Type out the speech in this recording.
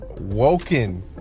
woken